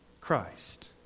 Christ